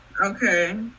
okay